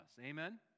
Amen